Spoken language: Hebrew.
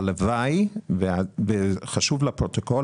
הלוואי וחשוב לפרוטוקול